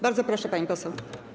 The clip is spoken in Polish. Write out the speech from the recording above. Bardzo proszę, pani poseł.